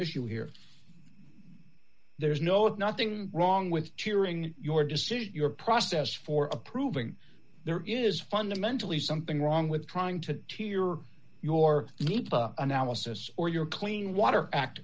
issue here there's no it's nothing wrong with cheering your decision your process for approving there is fundamentally something wrong with trying to tear your analysis or your clean water act